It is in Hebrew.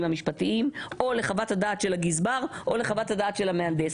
המשפטיים או לחוות הדעת של הגזבר או לחוות הדעת של המהנדס.